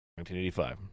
1985